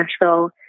Nashville